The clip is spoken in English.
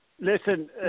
Listen